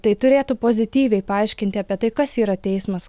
tai turėtų pozityviai paaiškinti apie tai kas yra teismas